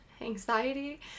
anxiety